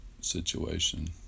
situation